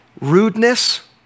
Rudeness